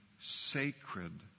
sacred